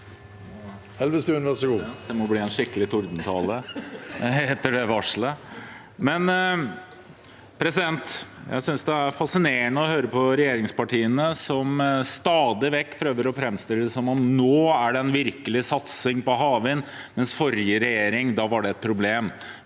Det må bli en skikke- lig tordentale etter det varselet. Jeg synes det er fascinerende å høre på regjeringspartiene, som stadig vekk prøver å framstille det som at det nå er en virkelig satsing på havvind, mens det under forrige regjering var et problem.